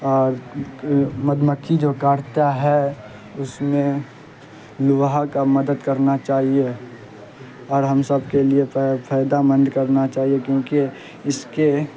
اور مدھ مکھی جو کاٹتا ہے اس میں لوہا کا مدد کرنا چاہیے اور ہم سب کے لیے فائدہ مند کرنا چاہیے کیونکہ اس کے